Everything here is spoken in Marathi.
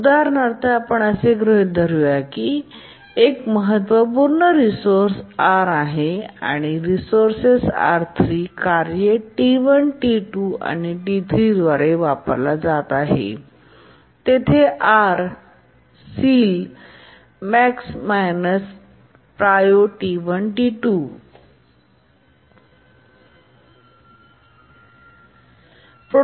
उदाहरणार्थ आपण असे गृहित धरू की तेथे एक महत्त्वपूर्ण रिसोर्सेस R आहे आणि रिसोर्सेस R3 कार्ये T1 T2 आणि T3 द्वारे वापरला जात आहे आणि तेथे R Ceil max − prio T1 T2